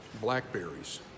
Blackberries